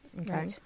Okay